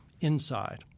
inside